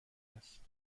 است